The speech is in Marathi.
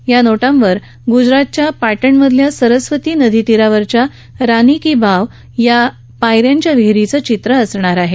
या नोटांवर गुजरातच्या पाटणमधील सरस्वती नदीतीरावरच्या रानी की वाव या पाय यांच्या विहीरीचं चित्र असणार आहे